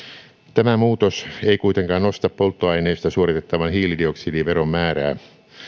tämä muutos ei kuitenkaan nosta polttoaineesta suoritettavan hiilidioksidiveron määrää